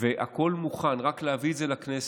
והכול מוכן, רק להביא את זה לכנסת.